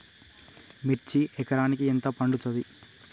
మిర్చి ఎకరానికి ఎంత పండుతది?